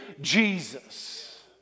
Jesus